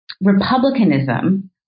Republicanism